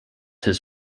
his